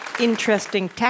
Interesting